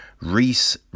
Reese